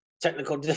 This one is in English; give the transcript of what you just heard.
Technical